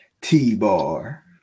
T-bar